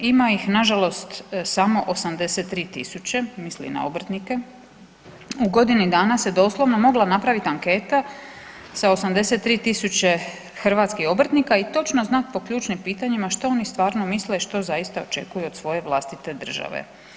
Ima ih nažalost samo 83 tisuće, misli na obrtnike, u godini dana se doslovno mogla napraviti anketa sa 83 tisuće hrvatskih obrtnika i točno znati po ključnim pitanjima što oni stvarno misle i što zaista očekuju od svoje vlastite države.